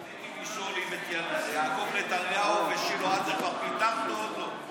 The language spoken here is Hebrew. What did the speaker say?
רציתי לשאול אם את יעקב נתניהו ושילה אדלר כבר פיטרת או עוד לא.